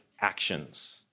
actions